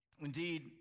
Indeed